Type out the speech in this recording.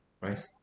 right